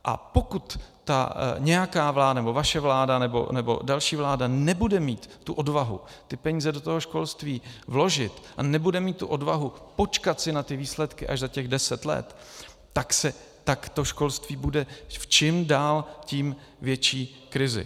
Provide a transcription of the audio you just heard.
A pokud nějaká vláda, nebo vaše vláda, nebo další vláda nebude mít odvahu ty peníze do školství vložit a nebude mít odvahu počkat si na výsledky až za těch deset let, tak to školství bude v čím dál tím větší krizi.